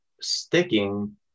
sticking